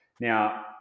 Now